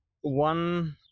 one